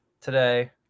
today